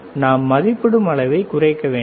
எனவே நாம் மதிப்பிடும் அளவை குறைக்க வேண்டும்